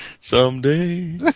someday